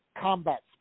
combat –